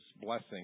blessing